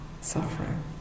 suffering